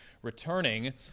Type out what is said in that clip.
returning